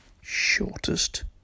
Shortest